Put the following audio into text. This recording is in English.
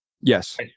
Yes